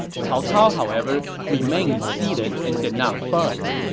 cao cao, however, remained seated and did not budge.